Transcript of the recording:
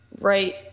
right